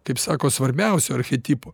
kaip sako svarbiausio archetipo